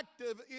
active